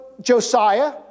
Josiah